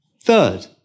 Third